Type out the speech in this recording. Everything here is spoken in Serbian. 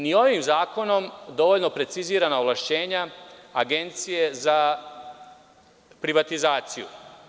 Nisu ni ovim zakonom dovoljno precizirana ovlašćenja Agencije za privatizaciju.